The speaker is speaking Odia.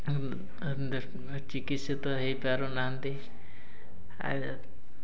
ଚିକିତ୍ସା ତ ହେଇ ପାରୁନାହାନ୍ତି ଆଉ